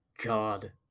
God